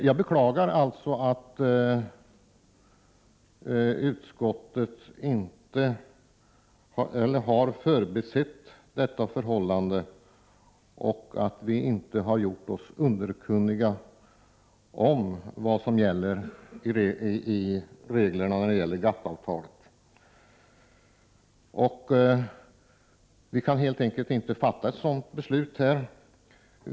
Jag beklagar att utskottet har förbisett detta förhållande och att vi inte har gjort oss underkunniga om vad som gäller i GATT-avtalets regler. Vi kan helt enkelt inte fatta ett sådant beslut här.